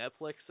netflix